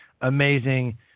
amazing